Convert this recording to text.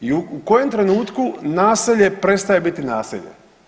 I u kojem trenutku naselje prestaje biti naselje?